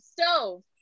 stove